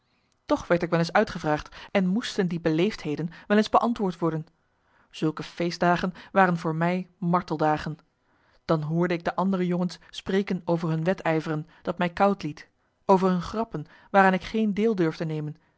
toch werd ik wel eens uitgevraagd en moesten die beleefdheden wel eens beantwoord worden zulke feestdagen waren voor mij marteldagen dan hoorde ik de andere jongens spreken over hun wedijveren dat mij koud liet over hun grappen waaraan ik geen deel durfde nemen